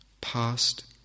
past